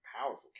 powerful